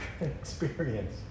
experience